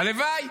הלוואי.